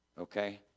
okay